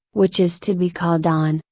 which is to be called on,